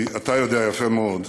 כי אתה יודע יפה מאוד,